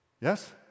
Yes